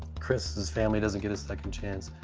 chris's family doesn't get a second chance.